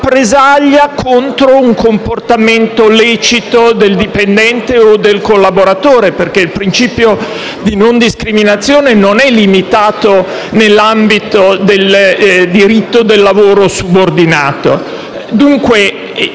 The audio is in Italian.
rappresaglia contro un comportamento lecito del dipendente o del collaboratore (perché il principio di non discriminazione non è limitato all'ambito del diritto del lavoro subordinato). Dunque